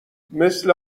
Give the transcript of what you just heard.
مثل